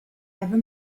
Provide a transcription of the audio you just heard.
ever